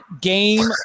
game